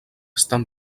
estan